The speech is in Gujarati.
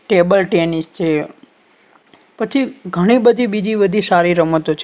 ટેબલ ટેનિસ છે પછી ઘણી બધી બીજી બધી સારી રમતો છે